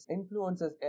Influences